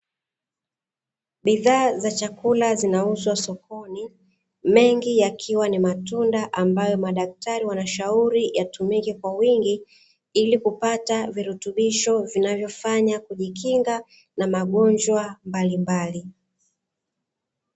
Bidhaa za chakula zinauzwa sokoni, mengi yakiwa ni matunda ambayo madaktari wanashauri yatumike kwa wingi, ili kupata virutubisho vinavyofanya kujikinga na magonjwa mbalimbali.